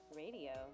radio